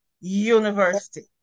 University